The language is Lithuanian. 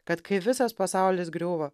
kad kai visas pasaulis griūva